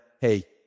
hey